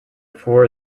four